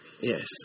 Yes